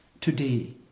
today